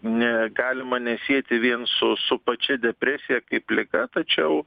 negalima nesieti vien su su pačia depresija kaip liga tačiau